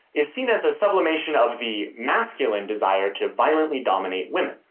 is seen as a sublimation of the masculine desire to violently dominate women.